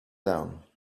down